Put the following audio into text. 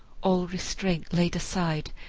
all restraint laid aside,